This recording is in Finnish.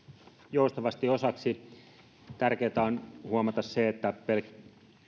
joustavasti osaksi tärkeätä on huomata se että pelkkä